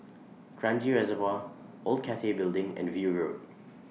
Kranji Reservoir Old Cathay Building and View Road